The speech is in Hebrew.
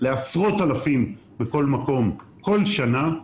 המרינה היא פתח לים לעשרות אלפים בכל מקום כל שנה.